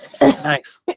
Nice